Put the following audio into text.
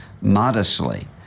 modestly